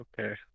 Okay